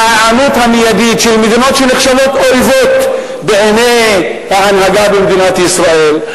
מההיענות המיידית של מדינות שנחשבות אויבות בעיני ההנהגה במדינת ישראל,